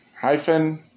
hyphen